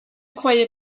croyez